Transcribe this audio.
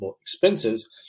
expenses